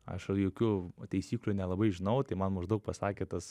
aš jokių taisyklių nelabai žinau tai man maždaug pasakė tas